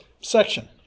section